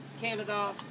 Canada